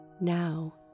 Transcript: Now